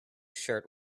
shirt